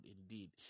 indeed